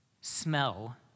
smell